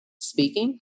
speaking